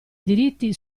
diritti